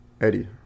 Eddie